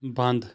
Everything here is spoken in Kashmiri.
بنٛد